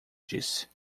disse